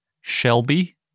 Shelby